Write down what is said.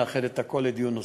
נאחד את הכול לדיון נוסף.